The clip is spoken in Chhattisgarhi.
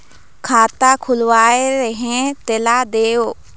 खाता खुलवाय रहे तेला देव?